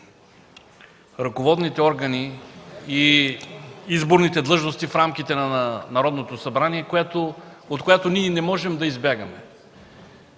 ръководните органи и изборните длъжности в рамките на Народното събрание, от която ние не можем да избягаме.